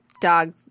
dog